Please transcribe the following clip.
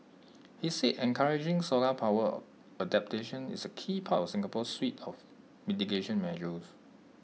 he said encouraging solar power adaptation is A key part of Singapore's suite of mitigation measures